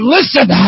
Listen